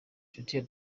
nshuti